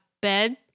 bed